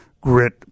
grit